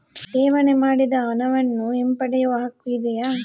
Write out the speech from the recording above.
ಠೇವಣಿ ಮಾಡಿದ ಹಣವನ್ನು ಹಿಂಪಡೆಯವ ಹಕ್ಕು ಇದೆಯಾ?